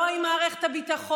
לא עם מערכת הביטחון,